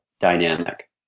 dynamic